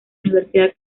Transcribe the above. universidad